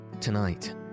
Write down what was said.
Tonight